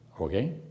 Okay